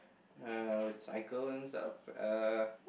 uh I would cycle and stuff uh